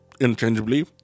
interchangeably